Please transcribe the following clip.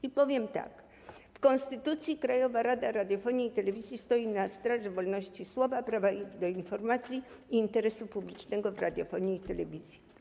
I powiem tak: w konstytucji Krajowa Rada Radiofonii i Telewizji stoi na straży wolności słowa, prawa do informacji i interesu publicznego w radiofonii i telewizji.